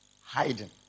hiding